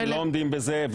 אנחנו לא עומדים בזה.